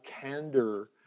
candor